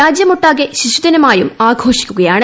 രാജ്യമൊട്ടാകെ ശിശുദിനമായും ആഘോഷിക്കുകയാണ്